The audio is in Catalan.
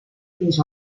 fins